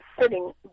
sitting